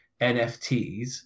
NFTs